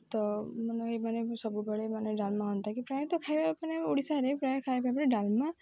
ତ ମାନେ ଏ ମାନେ ସବୁବେଳେ ମାନେ ଡ଼ାଲମା ହୁଅନ୍ତା କି ପ୍ରାୟତଃ ଖାଇବା ମାନେ ଓଡ଼ିଶାରେ ପ୍ରାୟ ଖାଇବା ଉପରେ ଡ଼ାଲମା